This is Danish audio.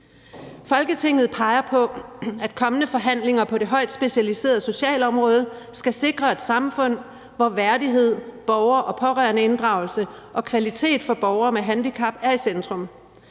»Folketinget peger på, at kommende forhandlinger på det højt specialiserede socialområde skal sikre et samfund, hvor værdighed, borger- og pårørendeinddragelse og kvalitet for borgere med handicap er i centrum.